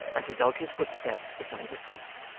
and to dog his footsteps for some distance.